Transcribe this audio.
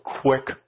quick